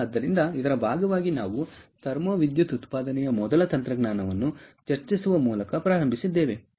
ಆದ್ದರಿಂದ ಇದರ ಭಾಗವಾಗಿ ನಾವು ಥರ್ಮೋ ವಿದ್ಯುತ್ ಉತ್ಪಾದನೆಯ ಮೊದಲ ತಂತ್ರಜ್ಞಾನವನ್ನು ಚರ್ಚಿಸುವ ಮೂಲಕ ಪ್ರಾರಂಭಿಸಿದ್ದೇವೆ